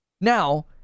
Now